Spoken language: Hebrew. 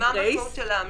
מה המשמעות של ההמלצה?